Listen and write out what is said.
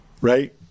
right